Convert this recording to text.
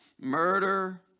murder